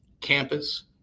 campus